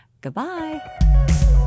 Goodbye